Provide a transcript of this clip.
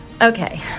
Okay